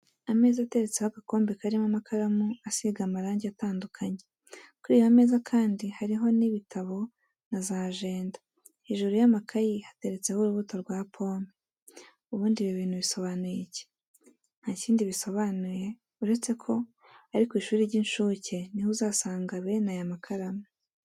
Ameza ateretseho agakombe karimo amakaramu asiga amarangi atandukanye, kuri iyo meza kandi hariho n'ibitabo na za ajenda, hejuru y'amakayi hateretseho urubuto rwa pome. Ubundi ibi bintu bisobanuye iki? Ntakindi bisobanuye uretse ko ari ku ishuri ry'incuke niho uzasanga bene aya makaramu.